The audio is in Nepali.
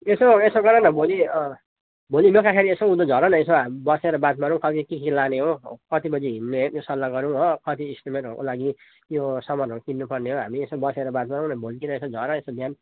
यसो यसो गरन भोलि भोलि बेलुकाखेरि यसो उँधो झरन यसो बसेर बात मारौँ कति के के लाने हो कति बजे हिँड्ने त्यो सल्लाह गरौँ हो कति स्टिमेटहरूको लागि यो सामानहरू किन्नु पर्ने हो हामी यसो बसेर बात गरौँ न भोलितिर झर यसो बिहान